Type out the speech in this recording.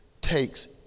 takes